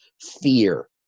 fear